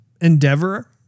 endeavor